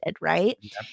right